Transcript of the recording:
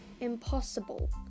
impossible